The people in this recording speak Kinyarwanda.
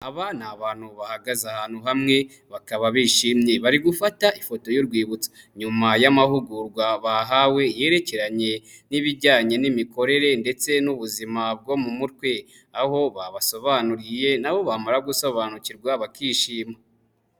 Aba ni abantu bahagaze ahantu hamwe, bakaba bishimye, bari gufata ifoto y'urwibutso nyuma y'amahugurwa bahawe, yerekeranye n'ibijyanye n'imikorere ndetse n'ubuzima bwo mu mutwe, aho babasobanuriye na bo bamara gusobanukirwa bakishima.